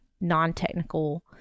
non-technical